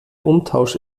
umtausch